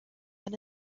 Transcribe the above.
than